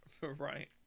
right